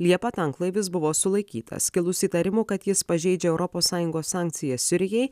liepą tanklaivis buvo sulaikytas kilus įtarimų kad jis pažeidžia europos sąjungos sankcijas sirijai